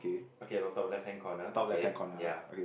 okay the top left hand corner okay ya